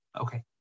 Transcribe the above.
Okay